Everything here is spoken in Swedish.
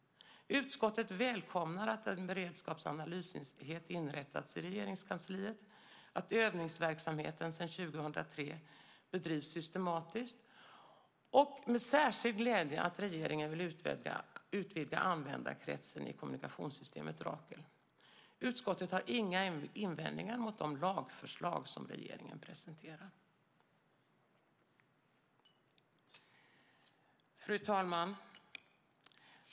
Utskottet välkomnar att en beredskaps och analysenhet inrättats i Regeringskansliet, att övningsverksamheten sedan 2003 bedrivs systematiskt och med särskild glädje att regeringen vill utvidga användarkretsen i kommunikationssystemet Rakel. Utskottet har inga invändningar mot de lagförslag som regeringen presenterar. Fru talman!